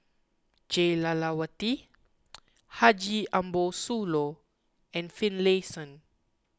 Jah Lelawati Haji Ambo Sooloh and Finlayson